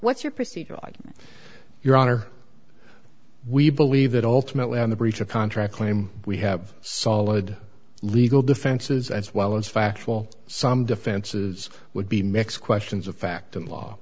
like your honor we believe that ultimately on the breach of contract claim we have solid legal defenses as well as factual some defenses would be mixed questions of fact and law